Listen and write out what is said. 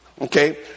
okay